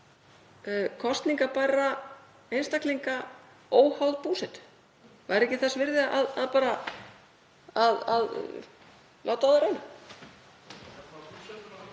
kosningarbærra einstaklinga óháð búsetu? Væri ekki þess virði að láta á það reyna?